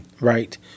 Right